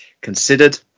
considered